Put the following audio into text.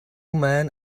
men